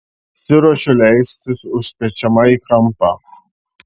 nesiruošiu leistis užspeičiama į kampą